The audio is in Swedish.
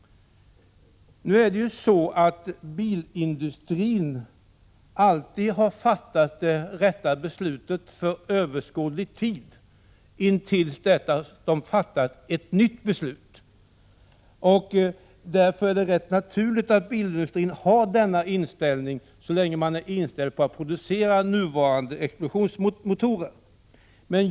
Bilindustrin har ju alltid fattat det rätta beslutet för överskådlig tid intill dess att den fattar ett nytt beslut. Därför är det rätt naturligt att bilindustrin har denna inställning så länge man är inställd på att producera nuvarande explosionsmotor.